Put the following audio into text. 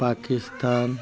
Pakistan